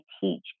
teach